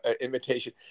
invitation